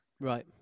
right